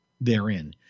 therein